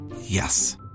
Yes